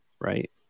right